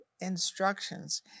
instructions